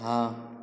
हाँ